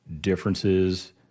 differences